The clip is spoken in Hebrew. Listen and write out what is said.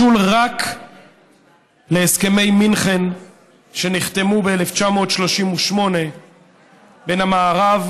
משול רק להסכמי מינכן שנחתמו ב-1938 בין המערב